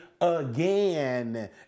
again